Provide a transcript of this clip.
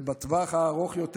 ובטווח הארוך יותר,